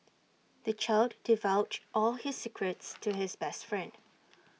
the child divulged all his secrets to his best friend